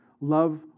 Love